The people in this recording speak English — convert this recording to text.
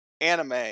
Anime